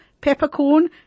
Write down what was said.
peppercorn